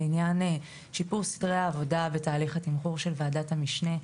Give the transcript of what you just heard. לעניין שיפור סדרי העבודה ותהליך התמחור של ועדת המשנה,